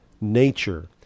nature